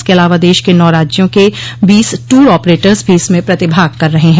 इसके अलावा देश के नौ राज्यों के बीस टूर ऑपरेटर्स भी इसमें प्रतिभाग कर रहे हैं